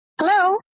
Hello